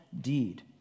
deed